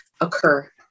occur